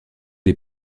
est